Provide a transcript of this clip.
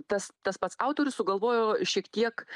tas tas pats autorius sugalvojo šiek tiek